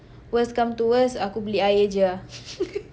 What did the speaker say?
worse come to worst aku beli air jer ah